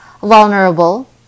vulnerable